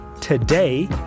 today